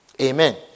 amen